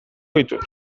ditut